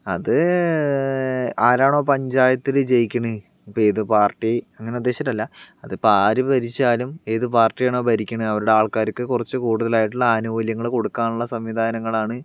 അത് ആരാണോ പഞ്ചായത്തിൽ ജയിക്കണ് ഇപ്പോൾ ഏത് പാർട്ടി അങ്ങനെ ഉദ്ദേശിച്ചിട്ടല്ല അതിപ്പോൾ ആര് ഭരിച്ചാലും ഏത് പാർട്ടിയാണോ ഭരിക്കണ അവരുടെ ആൾക്കാർക്ക് കുറച്ചു കൂടുതൽ ആയിട്ടുള്ള ആനുകൂല്യങ്ങൾ കൊടുക്കാനുള്ള സംവിധാനങ്ങളാണ്